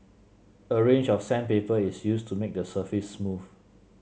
a range of sandpaper is used to make the surface smooth